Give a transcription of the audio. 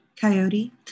Coyote